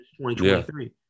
2023